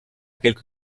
quelque